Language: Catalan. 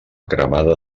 cremada